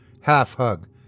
half-hug